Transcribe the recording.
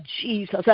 Jesus